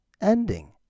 ending